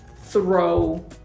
throw